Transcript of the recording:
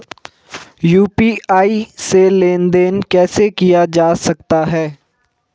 UPI से लेनदेन कैसे किया जा सकता है?